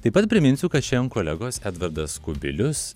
taip pat priminsiu kad šiandien kolegos edvardas kubilius